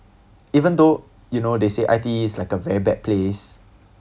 even though you know they said I_T_E is like a very bad place